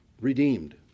redeemed